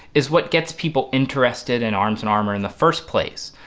is what gets people interested in arms and armor in the first place.